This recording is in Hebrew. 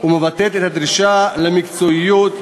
ומבטאת את הדרישה למקצועיות,